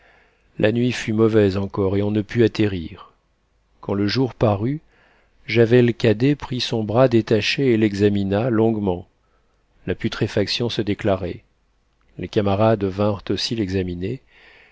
la nuit fut mauvaise encore et on ne put atterrir quand le jour parut javel cadet prit son bras détaché et l'examina longuement la putréfaction se déclarait les camarades vinrent aussi l'examiner